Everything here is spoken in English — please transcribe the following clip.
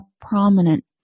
prominent